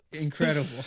incredible